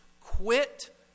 quit